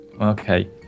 Okay